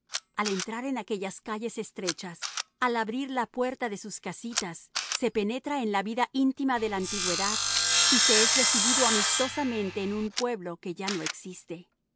al entrar en aquellas calles estrechas al abrir la puerta de sus casitas se penetra en la vida íntima de la antigüedad y se es recibido amistosamente en un pueblo que ya no existe